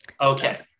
Okay